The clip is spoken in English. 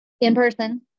in-person